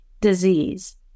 disease